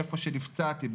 איפה שנפצעתי,